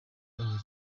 aba